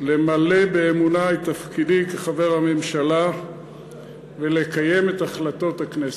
למלא באמונה את תפקידי כחבר הממשלה ולקיים את החלטות הכנסת.